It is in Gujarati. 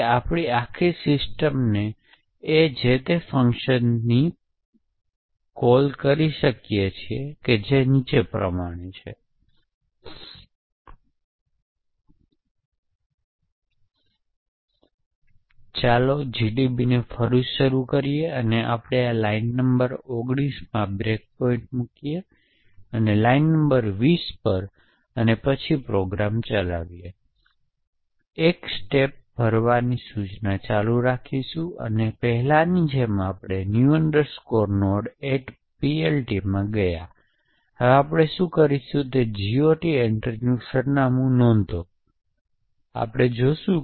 તેથી આ રીતે વિવિધ સેટ 10 20 30 અને 40 માટે વિવિધ આવર્તન વિતરણનું અવલોકન કરીને પ્રાપ્તકર્તા મોકલનાર દ્વારા જે પણ સંક્રમિત કરવામાં આવ્યું છે તે ડિસિફર કરવામાં સમર્થ હશે